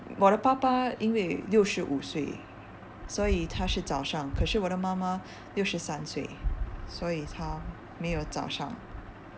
我的爸爸因为六十五岁所以他是早上可是我的妈妈六十三岁所以他没有早上:wo de pa pa yin wie liu shi wu sui suo yi ta shi zao shang ke shi wo de ma ma liu shi san sui suo yi ta mei you zao shang